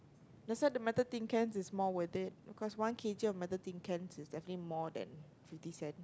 that's why the metal tin cans is more worth it cause one K_G of metal tin cans is definitely more than fifty cents